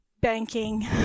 banking